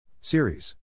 Series